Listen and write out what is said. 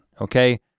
okay